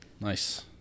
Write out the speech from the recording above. Nice